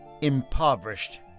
impoverished